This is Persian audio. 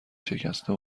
شکسته